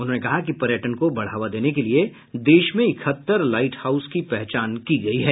उन्होंने कहा कि पर्यटन को बढ़ावा देने के लिए देश में इकहत्तर लाइट हाउस की पहचान की गई है